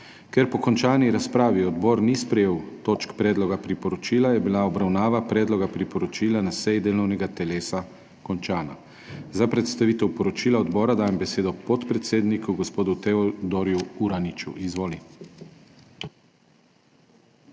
Ker po končani razpravi odbor ni sprejel točk predloga priporočila, je bila obravnava predloga priporočila na seji delovnega telesa končana. Za predstavitev poročila odbora dajem besedo podpredsedniku gospodu Teodorju Uraniču. Izvoli.